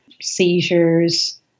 seizures